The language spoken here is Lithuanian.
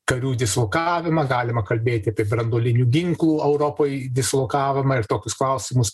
karių dislokavimą galima kalbėti apie branduolinių ginklų europoj dislokavimą ir tokius klausimus